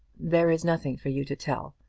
there is nothing for you to tell.